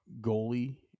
goalie